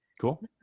Cool